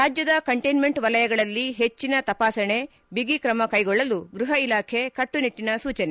ರಾಜ್ಯದ ಕಂಟೈನ್ದೆಂಟ್ ವಲಯಗಳಲ್ಲಿ ಹೆಟ್ಟನ ತಪಾಸಣೆ ಬಿಗಿ ಕ್ರಮ ಕೈಗೊಳ್ಳಲು ಗೃಹ ಇಲಾಖೆ ಕಟ್ಟು ನಿಟ್ಟನ ಸೂಚನೆ